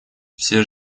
все